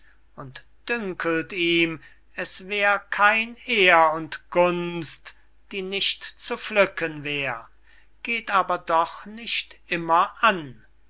und dünkelt ihm es wär kein ehr und gunst die nicht zu pflücken wär geht aber doch nicht immer an